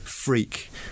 Freak